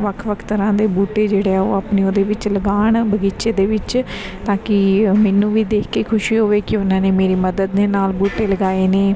ਵੱਖ ਵੱਖ ਤਰ੍ਹਾਂ ਦੇ ਬੂਟੇ ਜਿਹੜੇ ਆ ਉਹ ਆਪਣੀ ਉਹਦੇ ਵਿੱਚ ਲਗਾਉਣ ਬਗੀਚੇ ਦੇ ਵਿੱਚ ਤਾਂ ਕਿ ਮੈਨੂੰ ਵੀ ਦੇਖ ਕੇ ਖੁਸ਼ੀ ਹੋਵੇ ਕਿ ਉਹਨਾਂ ਨੇ ਮੇਰੀ ਮਦਦ ਦੇ ਨਾਲ ਬੂਟੇ ਲਗਾਏ ਨੇ